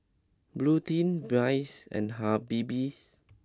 Bluedio Bias and Habibie